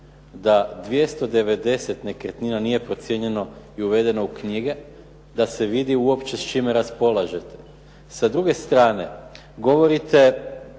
da 290 nekretnina nije procijenjeno i uvedeno u knjige da se vidi uopće s čime raspolažete. Sa druge strane govorite